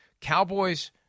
Cowboys